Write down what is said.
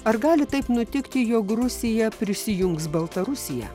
ar gali taip nutikti jog rusija prisijungs baltarusiją